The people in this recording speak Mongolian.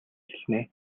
хэлнэ